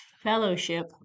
fellowship